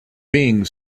being